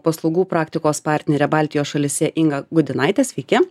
paslaugų praktikos partnerė baltijos šalyse inga gudynaitė sveiki